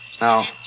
Now